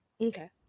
Okay